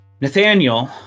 Nathaniel